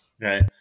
right